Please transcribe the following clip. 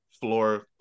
floor